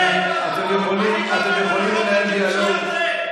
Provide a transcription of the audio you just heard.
אתם יכולים לנהל דיאלוג,